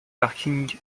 parkings